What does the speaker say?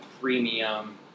premium